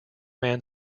man